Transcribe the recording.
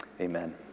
Amen